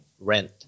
rent